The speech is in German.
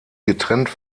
getrennt